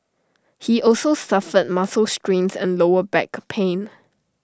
he also suffered muscle strains and lower back pain